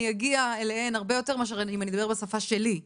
אני אגיע אליהן הרבה יותר מאשר אם אני אדבר בשפה שלי,